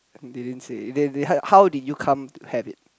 didn't say they they how how did you come to have it